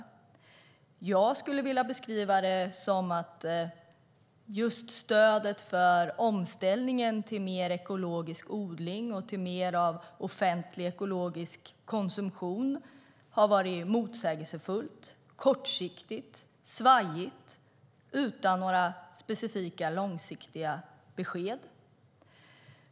Men jag skulle vilja beskriva det som att just stödet för omställningen till mer ekologisk odling och till mer offentlig ekologisk konsumtion har varit motsägelsefullt, kortsiktigt, svajigt och utan några specifika långsiktiga besked.